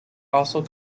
also